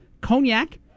cognac